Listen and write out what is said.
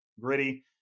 gritty